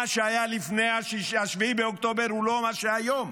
מה שהיה לפני 7 באוקטובר הוא לא מה שהיום.